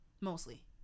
Mostly